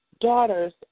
daughter's